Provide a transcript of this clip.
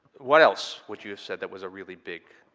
what else would you have said that was a really big.